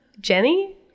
Jenny